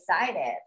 excited